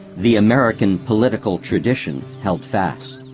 the american political tradition held fast.